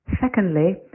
Secondly